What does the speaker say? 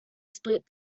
split